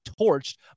torched